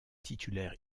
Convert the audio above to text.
titulaire